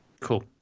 Cool